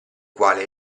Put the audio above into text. quale